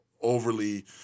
overly